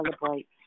celebrate